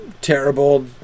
terrible